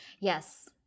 Yes